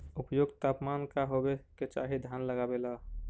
उपयुक्त तापमान का होबे के चाही धान लगावे ला?